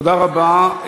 תודה רבה.